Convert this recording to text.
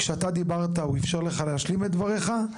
כשאתה דיברת הוא אפשר לך להשלים את דבריך.